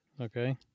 Okay